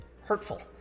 hurtful